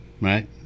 Right